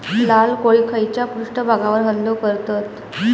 लाल कोळी खैच्या पृष्ठभागावर हल्लो करतत?